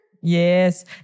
Yes